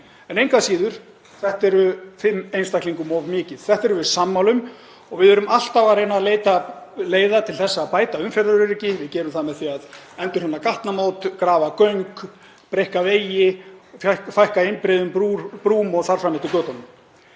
en engu að síður, þetta er fimm einstaklingum of mikið. Þetta erum við sammála um og við erum alltaf að reyna að leita leiða til þess að bæta umferðaröryggi. Við gerum það með því að endurhanna gatnamót, grafa göng, breikka vegi, fækka einbreiðum brúm og þar fram eftir götunum.